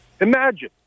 Imagine